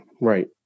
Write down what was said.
Right